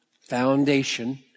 foundation